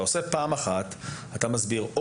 אתה עושה פעם אחת ואתה מסביר.